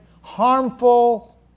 harmful